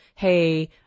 hey